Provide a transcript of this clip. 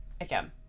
Again